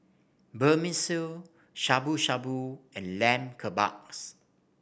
Vermicelli Shabu Shabu and Lamb Kebabs